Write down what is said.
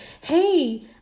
hey